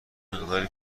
مقداری